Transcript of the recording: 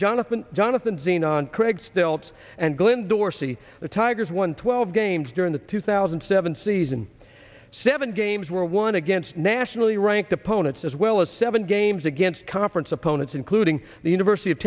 jonathan jonathan xenon craig stoltz and glen dorsey the tigers won twelve games during the two thousand and seven season seven games were won against nationally ranked opponents as well as seven games against conference opponents including the university of